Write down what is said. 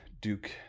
Duke